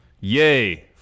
Yay